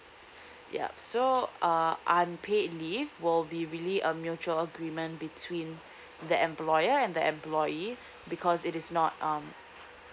yup so uh unpaid leave will be really a mutual agreement between the employer and the employees because it is not um